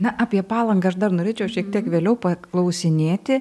na apie palangą aš dar norėčiau šiek tiek vėliau paklausinėti